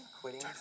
quitting